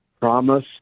Promise